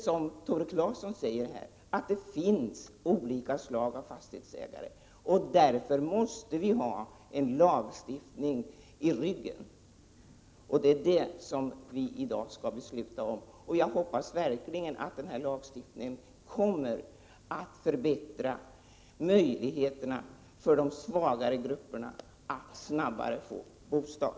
Som Tore Claeson säger finns det olika slags fastighetsägare, och därför måste vi ha en lagstiftning i ryggen. Det är vad vi i dag skall besluta om. Jag hoppas verkligen att denna lagstiftning skall förbättra möjligheterna för de svagare grupperna att snabbare få bostad.